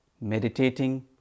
meditating